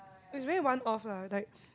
it's very one off lah like